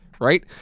right